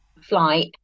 flight